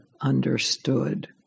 understood